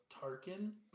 Tarkin